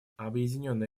объединенная